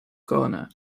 corner